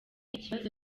ikibazo